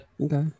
Okay